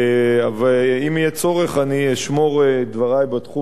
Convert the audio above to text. ואם יהיה צורך אני אשמור את דברי בתחום הזה